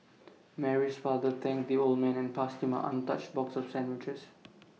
Mary's father thanked the old man and passed him an untouched box of sandwiches